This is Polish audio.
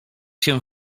się